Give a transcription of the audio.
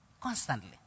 constantly